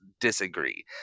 disagree